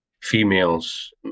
females